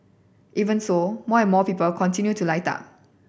even so more and more people continue to light up